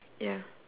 ya